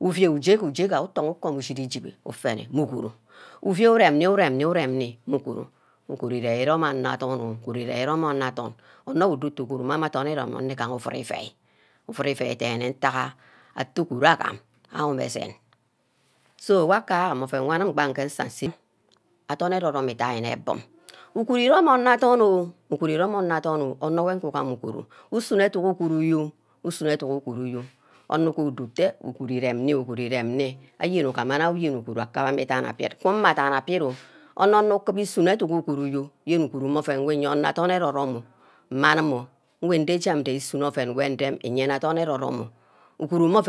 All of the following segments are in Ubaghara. Uuai uje, uje gan utoho ukum ushib- ushib ufene mmeh uguru uuai ureme nni, ureme nni, ureme nni meh uguru, uguru ire- irome anor adorn oh, uguru ire-irome anor adorn, onor wor udo-atte uguru meh ameh adirn irome do meh atre ure ivid ivey, uvid-ivey dene- ntagha atteh uguru agan owor meh esen so uwake ouen wor anim mbang gee nseh nseme, adorn ero- rome idianne gbug uguru irome anor dorn oh, uguru irome anor-dorn oh, usune educk uguru yo owor do wor atteh uguru irem-nmi, uguru qakama idan agbid, kumeh adan agbid oh, onor nor ukubu isunor educk uguru yo, yen uguruv meh ouen wor iyeah anor adorn-ero-rome oh mma anim oh, musu weh ndejem ndi gunor ouen wor ndem iyenne adorn, uguru meh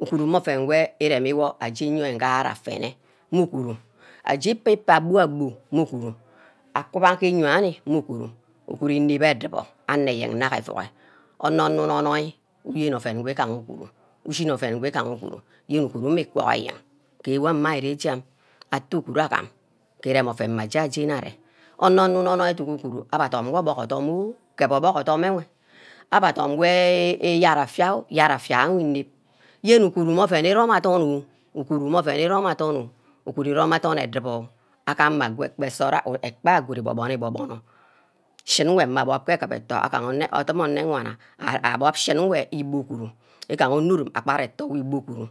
ouen wor iremi wor aji enyio ngana afene- meh mu uguru, aje ikpi gkpa bua-bu, mu ugury, akiba ke enyo ameh meh uguru, uguru iner-edubor anor eyen nnar gee ouuror onor-nor, inior-noir ouen wu gechen uguru, ushin ouen wu gaha uguru, yen uguru mmeh igwa eyen, ye mma ari re ejem atteh uguru agam ke erem ouen mma jeni-jeni arear onor inoir- noir ifu, abheh adorm wor obuck odum oh, kebeh obuck odum enwe, abbe adum wor iyad affia, yad affiar wor inep yene uguru meh ouem irome adorn oh, uguru meh ouen irome- adorn oh, uguru irum adorn edubor oh, agama agoni ekpa nsort ayo good ibor- borno igborno, shin nwe abub ke egib etho odum ene-wana abub shin enwe igbo uguru igaha odurum abad ethod guru.